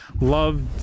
love